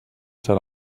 serà